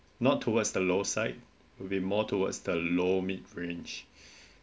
not towards the lowest side will be more towards the low mid range